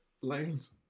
lanes